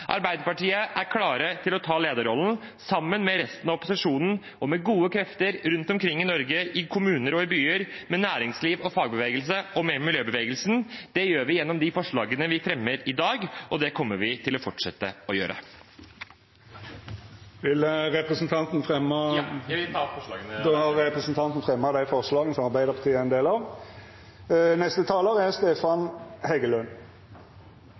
Arbeiderpartiet er klare til å ta lederrollen sammen med resten av opposisjonen, med gode krefter rundt omkring i Norge, i kommuner og i byer, med næringsliv, med fagbevegelse og med miljøbevegelsen. Det gjør vi gjennom de forslagene vi fremmer i dag, og det kommer vi til å fortsette å gjøre. Jeg tar opp våre forslag i saken. Då har representanten Åsmund Aukrust fremja dei forslaga som